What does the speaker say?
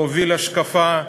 להוביל השקפה,